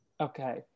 Okay